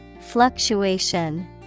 Fluctuation